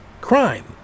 crime